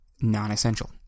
non-essential